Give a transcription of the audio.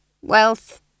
Wealth